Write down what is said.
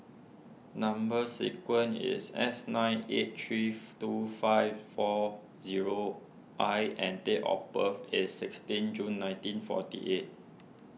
Number Sequence is S nine eight three two five four zero I and date of birth is sixteen June nineteen forty eight